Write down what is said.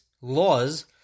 laws